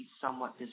somewhat